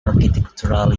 architectural